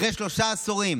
אחרי שלושה עשורים